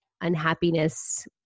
unhappiness